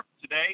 today